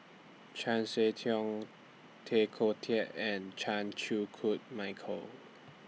Chan Sek Keong Tay Koh Yat and Chan Chew Koon Michael